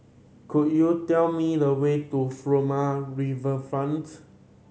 could you tell me the way to Furama Riverfront